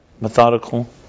methodical